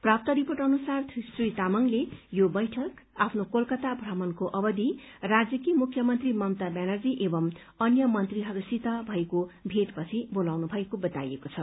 प्राप्त रिपोर्ट अनुसार श्री तामाङले यो बैठक आफ्नो कलकता भ्रमणको अवधि राज्यकी मुख्यमन्त्री ममता ब्यानर्जी एवं अन्य मन्त्रीहरूसित भएको भेट पछि बोलाउनु भएको बताइएको छ